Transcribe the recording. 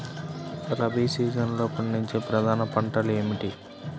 రబీ సీజన్లో పండించే ప్రధాన పంటలు ఏమిటీ?